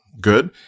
good